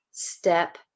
step